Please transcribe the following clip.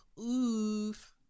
Oof